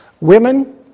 women